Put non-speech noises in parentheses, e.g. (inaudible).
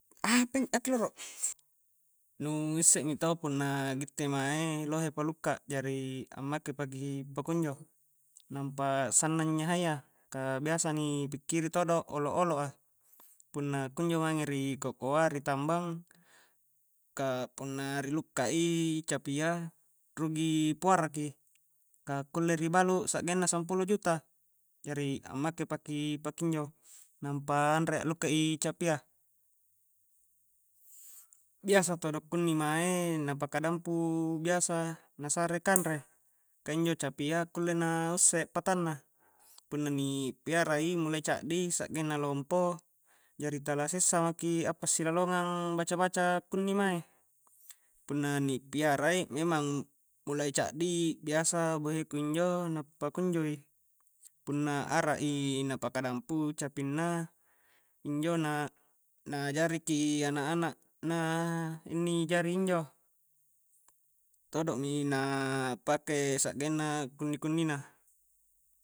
Apan (unintelligible) aki rolo nu usse mi to punna gitte mae lohe palukka jari ammake paki pakunjo nampa sannang nyahayya ka biasa ni pikkiri todo olo-oloa punna kunjo mange ri kokoa ri tambang ka punna ri lukka i capia rugi puara ki ka kulle ri balu sa'genna sampulo juta jari ammake paki pakinjo nampa anre anglukka i capia biasa todo kunni mae na paka dampu biasa na sare kanre ka injo capia kulle na usse patanna punna ni piarai mulai caddi sakgenna lompo jari tala sessa maki appasilolongang baca-baca kunni mae punna ni piarai memang mulai caddi biasa boheku njo na pakunjo i punna arak i na paka dampu capinna injo na-na ajari ki anak-anakna inni jari injo todomi na pake sakgenna kunni-kunni na.